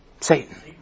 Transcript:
Satan